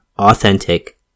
Authentic